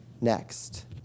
next